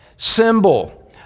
Symbol